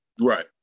Right